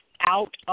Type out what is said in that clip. out